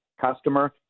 customer